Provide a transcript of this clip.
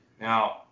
Now